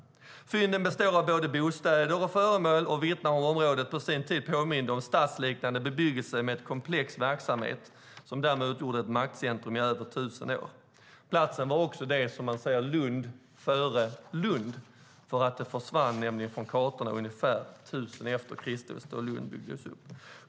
Fynden består av både bostäder och föremål och vittnar om att området på sin tid hade en stadsliknande bebyggelse med en komplex verksamhet och därmed utgjorde ett maktcentrum i över tusen år. Platsen kan också sägas ha varit Lund före Lund, för den försvann från kartan ungefär år 1000 e.Kr. då Lund byggdes upp.